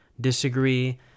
Disagree